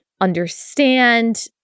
understand